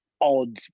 odd